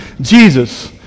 Jesus